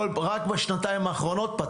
רק בשנתיים האחרונות,